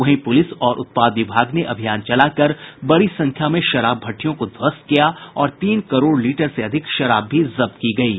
वहीं पुलिस और उत्पाद विभाग ने अभियान चलाकर बड़ी संख्या में शराब भटिठयों को ध्वस्त किया है और तीन करोड़ लीटर से अधिक शराब भी जब्त की गयी है